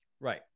right